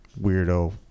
weirdo